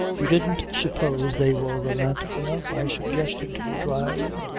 you didn't suppose they were romantic enough, i suggested dryly.